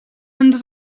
ens